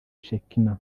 shekinah